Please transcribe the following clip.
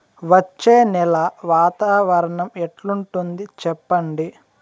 వచ్చే నెల వాతావరణం ఎట్లుంటుంది చెప్పండి?